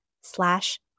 slash